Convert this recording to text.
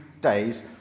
days